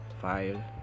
File